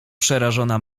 przerażona